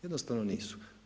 Jednostavno nisu.